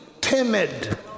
timid